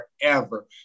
forever